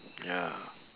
ya